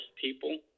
people